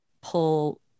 pull